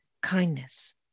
kindness